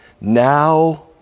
Now